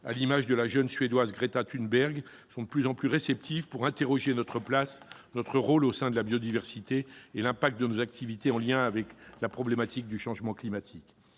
à l'image de la Suédoise Greta Thunberg, sont de plus en plus réceptives à l'idée d'interroger notre place, notre rôle au sein de la biodiversité et l'impact de nos activités, en lien avec la problématique du changement climatique.